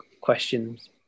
questions